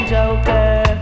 Joker